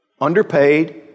underpaid